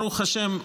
ברוך השם,